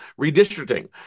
redistricting